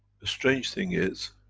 strange thing is